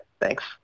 Thanks